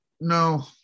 No